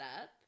up